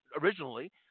originally